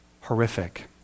horrific